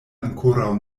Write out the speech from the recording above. ankoraŭ